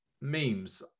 memes